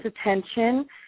attention